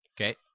Okay